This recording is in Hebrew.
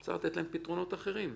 אני צריך לתת להם פתרונות אחרים,